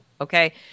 Okay